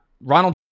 Ronald